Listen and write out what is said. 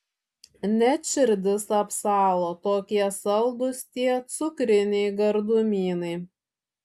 net širdis apsalo tokie saldūs tie cukriniai gardumynai